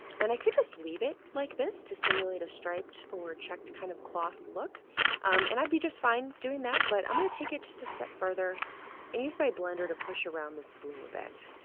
and i could just leave it like to simulate a striped or checked kind of cloth look um and i'd be just fine doing that but i'm going to take it just a step further and use my blender to push around this blue a bit